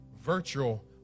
virtual